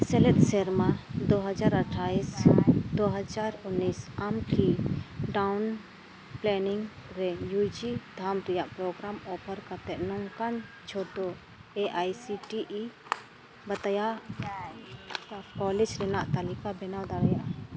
ᱥᱮᱞᱮᱫ ᱥᱮᱨᱢᱟ ᱫᱩ ᱦᱟᱡᱟᱨ ᱟᱴᱷᱟᱥ ᱫᱩ ᱦᱟᱡᱟᱨ ᱩᱱᱤᱥ ᱟᱢᱠᱤ ᱴᱟᱣᱩᱱ ᱯᱞᱟᱱᱤᱝ ᱨᱮ ᱤᱭᱩ ᱡᱤ ᱫᱷᱟᱯ ᱨᱮᱱᱟᱜ ᱯᱨᱳᱜᱨᱟᱢ ᱚᱯᱷᱟᱨ ᱠᱟᱛᱮᱫ ᱱᱚᱝᱠᱟᱱ ᱡᱷᱚᱛᱚ A I C T E ᱵᱟᱛᱟᱣᱟᱭ ᱠᱚᱞᱮᱡᱽ ᱨᱮᱱᱟᱜ ᱛᱟᱞᱤᱠᱟ ᱵᱮᱱᱟᱣ ᱫᱟᱲᱮᱭᱟᱜ ᱟᱢ